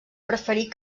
preferir